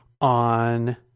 on